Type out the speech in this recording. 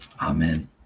Amen